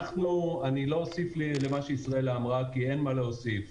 אני לא אוסיף על מה שישראלה אמרה כי אין מה להוסיף.